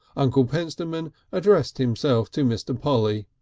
uncle pentstemon addressed himself to mr. polly.